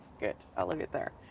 good, i'll leave it there.